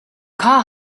car